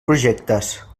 projectes